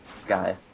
Sky